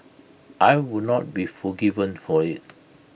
I would not be forgiven for IT